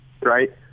right